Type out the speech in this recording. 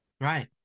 Right